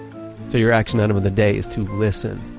so your action item of the day is to listen.